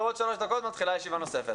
בעוד שלוש דקות מתחילה ישיבה נוספת.